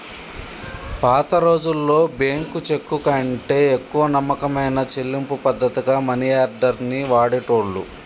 పాతరోజుల్లో బ్యేంకు చెక్కుకంటే ఎక్కువ నమ్మకమైన చెల్లింపు పద్ధతిగా మనియార్డర్ ని వాడేటోళ్ళు